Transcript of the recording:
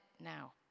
now